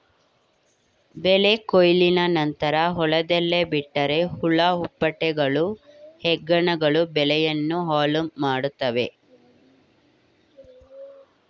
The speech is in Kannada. ಬೆಳೆ ಕೊಯ್ಲಿನ ನಂತರ ಹೊಲದಲ್ಲೇ ಬಿಟ್ಟರೆ ಹುಳ ಹುಪ್ಪಟೆಗಳು, ಹೆಗ್ಗಣಗಳು ಬೆಳೆಯನ್ನು ಹಾಳುಮಾಡುತ್ವೆ